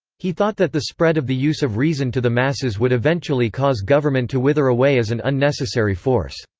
he thought that the spread of the use of reason to the masses would eventually cause government to wither away as an unnecessary force.